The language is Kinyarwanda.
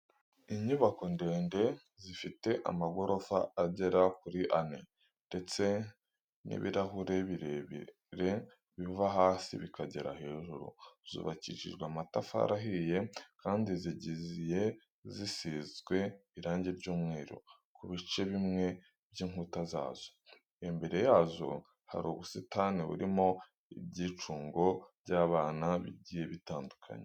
Inyubako ndende zifite amagorofa agera kuri ane ndetse n'ibirahure birebire biva hasi bikagera hejuru, zubakishijwe amatafari ahiye kandi zigiye zisizwe irange ry'umweru ku bice bimwe by'inkuta zazo. Imbere yazo hari ubusitani burimo ibyicungo by'abana bigiye bitandukanye.